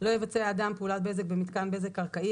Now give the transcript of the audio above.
(3)לא יבצע אדם פעולת בזק במתקן בזק קרקעי